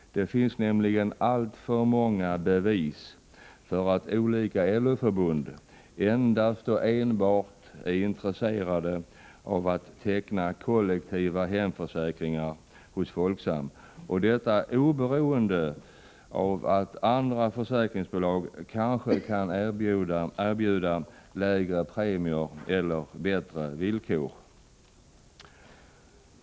Det finns nämligen alltför många bevis för att olika LO-förbund endast är intresserade av att teckna kollektiva hemförsäkringar hos Folksam och detta oberoende av att andra försäkringsbolag kanske kan erbjuda lägre premier eller bättre villkor.